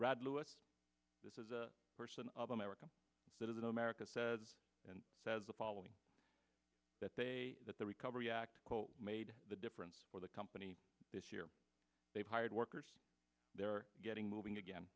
lewis this is a person of america that is america says and says the following that they that the recovery act made the difference for the company this year they've hired workers they're getting moving again